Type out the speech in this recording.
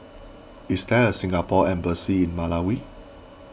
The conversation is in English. is there a Singapore Embassy in Malawi